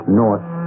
north